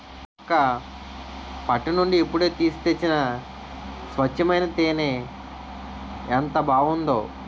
అక్కా పట్టు నుండి ఇప్పుడే తీసి తెచ్చిన స్వచ్చమైన తేనే ఎంత బావుందో